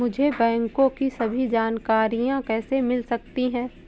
मुझे बैंकों की सभी जानकारियाँ कैसे मिल सकती हैं?